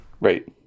Right